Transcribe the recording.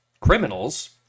criminals